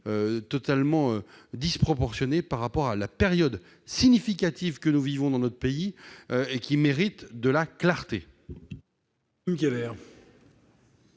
totalement disproportionné par rapport à la période significative que nous vivons et qui mérite de la clarté.